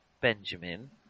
Benjamin